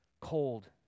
cold